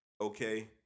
okay